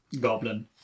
Goblin